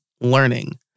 learning